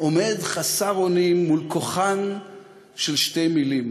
עומד חסר אונים מול כוחן של שתי מילים.